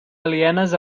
alienes